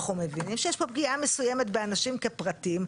אנחנו מבינים שיש כאן פגיעה מסוימת באנשים כפרטים.